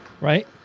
right